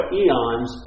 eons